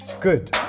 good